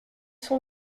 sont